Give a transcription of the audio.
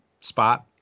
spot